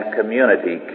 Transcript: community